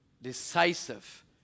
decisive